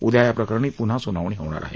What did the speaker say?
उद्या या प्रकरणावर पुन्हा सुनावणी होणार आहे